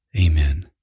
Amen